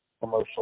commercial